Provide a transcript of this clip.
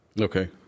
Okay